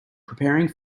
preparing